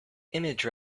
image